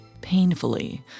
painfully